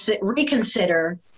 reconsider